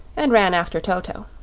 and ran after toto.